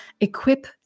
equip